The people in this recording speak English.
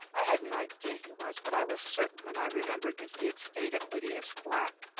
i had an idea he was, but i was certain when i remembered that he had stayed at lydia's flat.